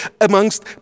amongst